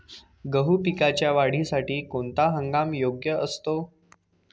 गहू पिकाच्या वाढीसाठी कोणता हंगाम योग्य असतो?